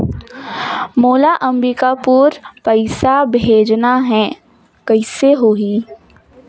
मोला अम्बिकापुर पइसा भेजना है, कइसे होही?